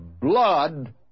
blood